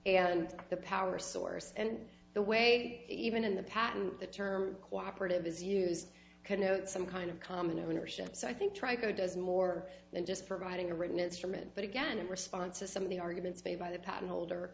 and the power source and the way even in the patent the term cooperative is used connote some kind of common ownership so i think try code does more than just providing a written instrument but again in response to some of the arguments made by the patent holder